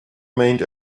remained